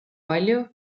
palju